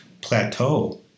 plateau